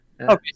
Okay